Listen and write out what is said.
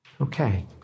Okay